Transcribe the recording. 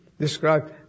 described